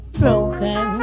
broken